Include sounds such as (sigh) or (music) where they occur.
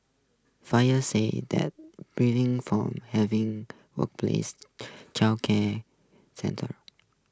fire said that (unintelligible) from having workplace childcare centres